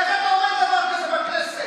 איך אתה אומר דבר כזה בכנסת?